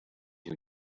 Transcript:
who